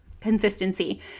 consistency